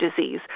disease